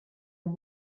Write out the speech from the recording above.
amb